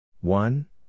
One